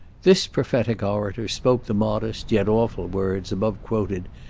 this prophetic orator spoke the modest, yet awful words, above quoted,